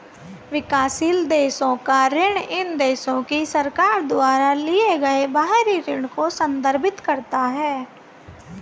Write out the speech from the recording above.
विकासशील देशों का ऋण इन देशों की सरकार द्वारा लिए गए बाहरी ऋण को संदर्भित करता है